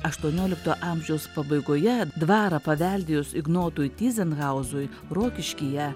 aštuoniolikto amžiaus pabaigoje dvarą paveldėjus ignotui tyzenhauzui rokiškyje